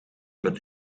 met